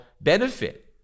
benefit